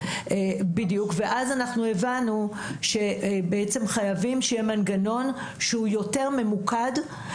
ואז אנחנו הבנו שבעצם חייבים שיהיה מנגנון שהוא יותר ממוקד.